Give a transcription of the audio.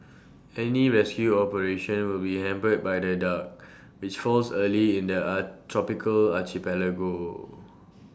any rescue operation will be hampered by the dark which falls early in the A tropical archipelago